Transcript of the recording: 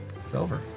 Silver